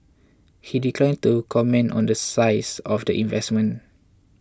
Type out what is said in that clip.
he declined to comment on the size of the investment